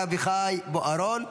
רבים יודעים שהוא לא הראשון.